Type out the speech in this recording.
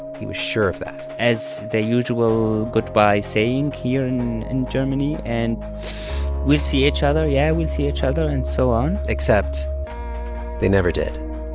he was sure of that. as the usual goodbye saying here in in germany. and we'll see each other. yeah, we'll see each other and so on except they never did.